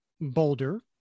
boulder